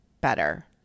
better